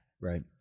Right